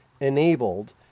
enabled